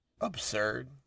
absurd